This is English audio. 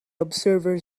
observer